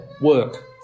work